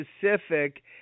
specific